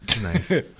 Nice